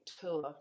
tour